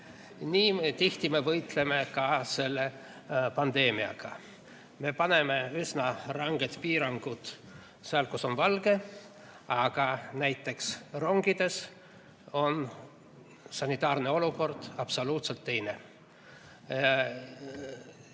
Nii me tihti võitleme ka selle pandeemiaga. Me paneme üsna ranged piirangud seal, kus on valge. Aga näiteks rongides on sanitaarne olukord absoluutselt teine. Eile